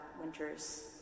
winter's